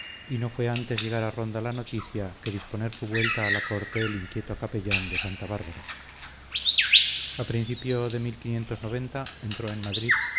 y no fue antes llegar a ronda la noticia que disponer su vuelta a la corte el inquieto capellán de santa bárbara al principio de entró en madrid